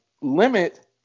limit